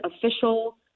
official